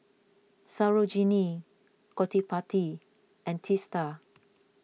Sarojini Gottipati and Teesta